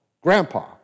grandpa